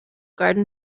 garden